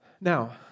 Now